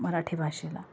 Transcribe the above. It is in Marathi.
मराठी भाषेला